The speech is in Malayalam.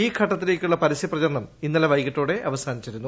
ഈ ഘട്ടത്തിലേക്കുള്ള പരസൃപ്പിച്ചാർണം ഇന്നലെ വൈകിട്ടോടെ അവസാനിച്ചിരുന്നു